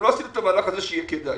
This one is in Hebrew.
אנחנו לא עושים את המהלך הזה שיהיה כדאי,